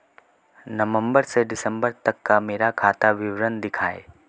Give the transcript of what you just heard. नवंबर से दिसंबर तक का मेरा खाता विवरण दिखाएं?